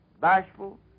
bashful